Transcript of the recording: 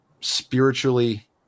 spiritually